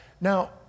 Now